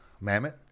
mammoth